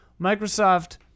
Microsoft